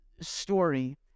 story